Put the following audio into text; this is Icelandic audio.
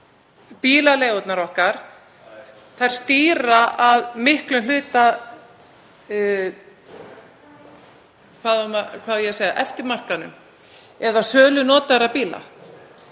bílaleigurnar okkar stýra að miklum hluta eftirmarkaðnum eða sölu notaðra bíla.